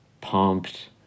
pumped